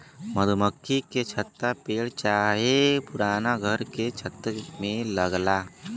मधुमक्खी के छत्ता पेड़ चाहे पुराना घर के छत में लगला